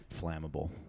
flammable